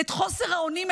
את חוסר האונים,